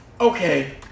okay